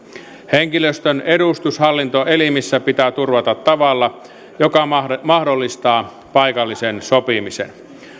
henkilöstön edustus hallintoelimissä pitää turvata tavalla joka mahdollistaa paikallisen sopimisen